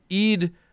Eid